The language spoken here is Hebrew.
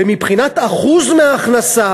ומבחינת אחוז מההכנסה,